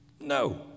No